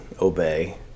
obey